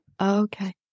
Okay